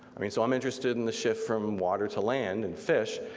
i mean so i'm interested in the shift from water to land and fish,